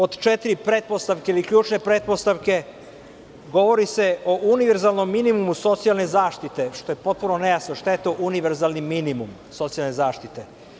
Od četiri pretpostavke ili ključne pretpostavke, govori se o univerzalnom minimumu socijalne zaštite, što je potpuno nejasno, šta je to univerzalni minimum socijalne zaštite?